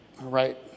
right